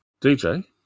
DJ